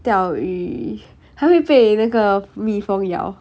钓鱼还会被那个蜜蜂要